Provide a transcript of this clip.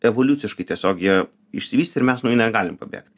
evoliuciškai tiesiog jie išsivystę ir mes negalim pabėgti